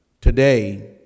Today